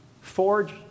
forge